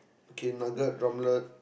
okay nugget drumlet